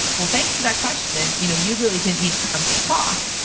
well, thanks for that question. and you know you really didn't need to come to the talk.